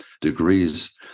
degrees